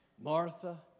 Martha